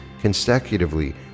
consecutively